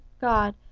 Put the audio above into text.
God